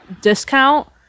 discount